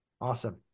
Awesome